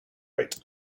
rate